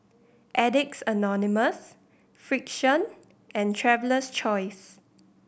Addicts Anonymous Frixion and Traveler's Choice